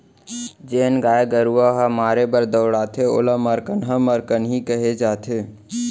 जेन गाय गरूवा ह मारे बर दउड़थे ओला मरकनहा मरकनही कहे जाथे